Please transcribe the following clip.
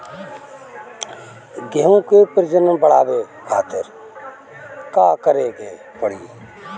गेहूं के प्रजनन बढ़ावे खातिर का करे के पड़ी?